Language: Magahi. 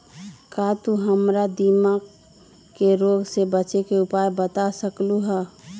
का तू हमरा दीमक के रोग से बचे के उपाय बता सकलु ह?